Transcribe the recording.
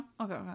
okay